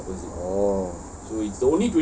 oh